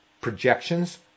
projections